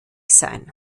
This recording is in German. sein